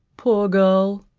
poor girl,